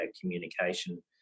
communication